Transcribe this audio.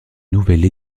nouvelle